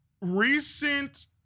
recent